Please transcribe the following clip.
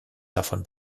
davon